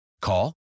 Call